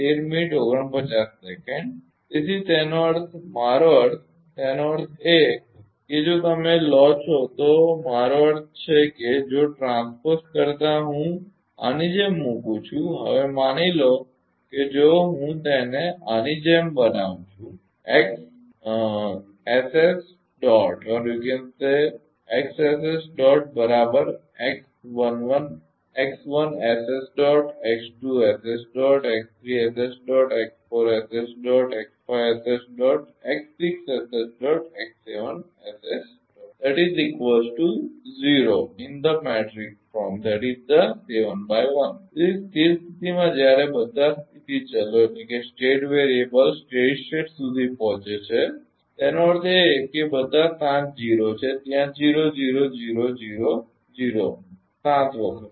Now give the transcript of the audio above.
તેથી તેનો અર્થ મારો અર્થ તેનો અર્થ એ કે જો તમે લો છો તો મારો અર્થ છે કે જો ટ્રાન્સપોઝ કરતા હું આની જેમ મુકું છું હવે માની લો કે જો હું તેને આની જેમ બનાવું છું તેથી સ્થિર સ્થિતીમાં જ્યારે બધા સ્થિતી ચલો સ્થિર સ્થિતી સુધી પહોંચે છે તેનો અર્થ એ છે કે તે બધા સાત ઝીરો છે ત્યાં 0000000 હશે